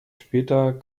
später